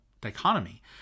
dichotomy